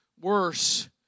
worse